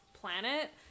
planet